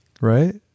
right